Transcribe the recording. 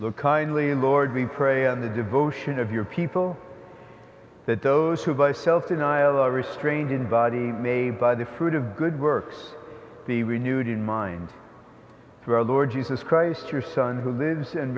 kindly lord we pray on the devotion of your people that those who by self denial restraint in body may by the fruit of good works be renewed in mind through our lord jesus christ your son who lives and